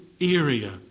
area